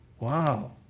Wow